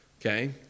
Okay